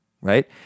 right